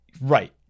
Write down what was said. right